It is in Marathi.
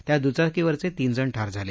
त्यात दुचाकीवरचे तीनजण ठार झाले